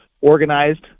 organized